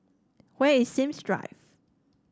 where is Sims Drive